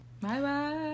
Bye-bye